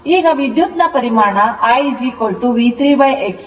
ಈಗ ವಿದ್ಯುತ್ ನ ಪರಿಮಾಣ IV3 Xc ಎಂದು ಪರಿಗಣಿಸೋಣ